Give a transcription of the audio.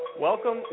Welcome